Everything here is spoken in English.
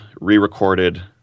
re-recorded